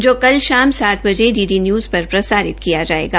जो कार्यक्रम कल शाम सात बजे डी डी न्यूज़ पर प्रसारित किया जायेगा